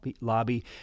lobby